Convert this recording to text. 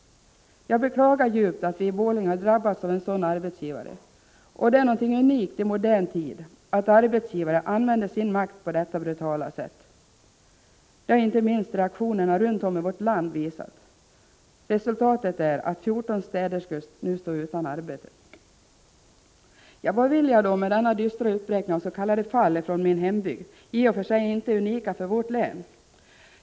Jag beklagar djupt att vi i Borlänge har drabbats av en sådan arbetsgivare. Det är något unikt i modern tid att arbetsgivare använder sin makt på detta brutala sätt. Det har inte minst reaktionerna runt om i vårt land visat. Resultatet är att 14 städerskor nu står utan arbete. Vad vill jag då med denna dystra uppräkning av ”fall” från min hembygd? I och för sig är de ju inte unika för vårt län.